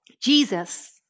Jesus